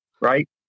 Right